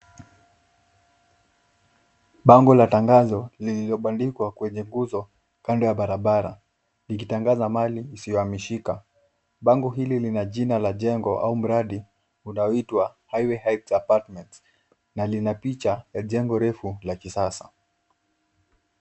Bango la tangazo lililobandikwa kwenye nguzo kando ya barabara ikotangaza mali isiyohamishika .Bango hili lina jina la jengo au mradi unaoitwa highway heights apartments na lina picha ya jengo refu la kisasa.